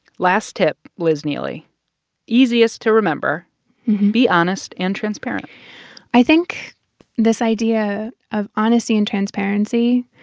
last tip, liz neeley easiest to remember be honest and transparent i think this idea of honesty and transparency